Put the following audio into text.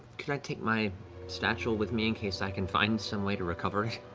can i take my satchel with me in case i can find some way to recover it?